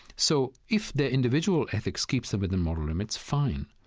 so if their individual ethics keeps them within moral limits, fine.